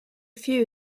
few